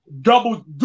double